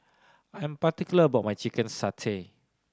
I'm particular about my chicken satay